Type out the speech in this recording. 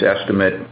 estimate